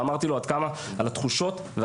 וגם פניתי אליו באופן ישיר ואמרתי על התחושות ועל